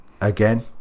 Again